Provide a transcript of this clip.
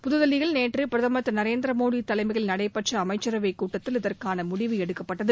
புதுதில்லியில் நேற்று பிரதமர் திரு நரேந்திரமோடி தலைமையில் நடைபெற்ற அமைச்சரவைக் கூட்டத்தில் இதற்கான முடிவு எடுக்கப்பட்டது